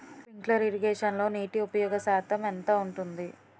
Sprinkler ఇరగేషన్లో నీటి ఉపయోగ శాతం ఎంత ఉంటుంది?